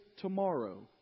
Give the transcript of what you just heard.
tomorrow